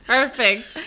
Perfect